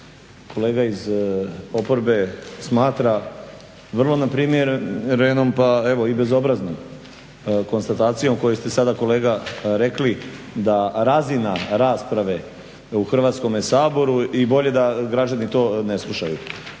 kolega iz oporbe smatra vrlo neprimjerenom, pa evo i bezobraznom konstatacijom koju ste sada kolega rekli, da razina rasprave u Hrvatskom saboru i bolje da građani to ne slušaju.